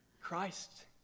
Christ